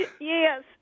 Yes